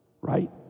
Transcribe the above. right